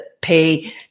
pay